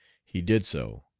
he did so.